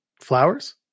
Flowers